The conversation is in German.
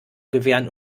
gewehren